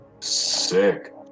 Sick